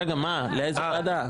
רגע, לאיזו ועדה?